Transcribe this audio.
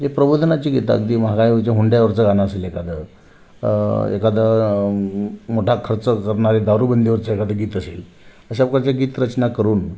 जे प्रबोधनाची गीतं अगदी महागाईवरचं हुंड्यावरचं गाणं असेल एखादं एखादं मोठा खर्च करणारे दारूबंदीवरचं एखादं गीत असेल अशा गीतरचना करून